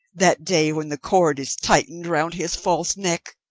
that day when the cord is tightened round his false neck!